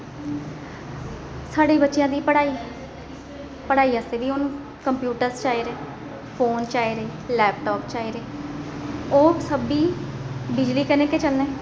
साढ़ी बच्चेआं दी पढ़ाई पढ़ाई आस्तै बी हून कंप्यूटरस आई चाहिदे फोन चाहिदे लैपटाप चाहिदे ओह् सब बिजली कन्नै गै चलने